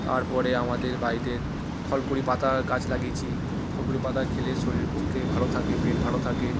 তারপরে আমাদের বাড়িতে থানকুনি পাতার গাছ লাগিয়েছি থানকুনি পাতা খেলে শরীরের পক্ষে ভালো থাকে পেট ভালো থাকে